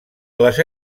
les